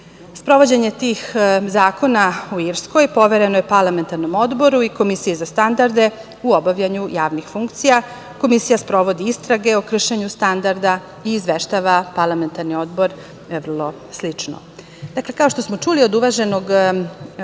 godine. Sprovođenje tih zakona u Irskoj povereno je parlamentarnom odboru i Komisiji za standarde u obavljanju javnih funkcija. Komisija sprovodi istrage o kršenju standarda i izveštava parlamentarni odbor, vrlo slično. Kao što smo čuli od uvaženog